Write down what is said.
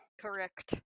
Correct